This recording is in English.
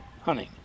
hunting